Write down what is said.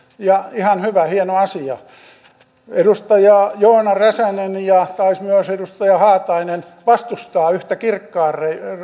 ja ihan hyvä hieno asia edustaja joona räsänen vastusti ja taisi myös edustaja haatainen vastustaa yhtä kirkkaan